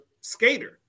skater